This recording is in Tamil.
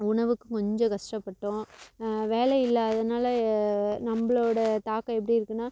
உணவுக்கு கொஞ்சம் கஷ்டப்பட்டோம் வேலையில்லாதனால் நம்மளோட தாக்கம் எப்படி இருக்குன்னால்